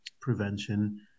prevention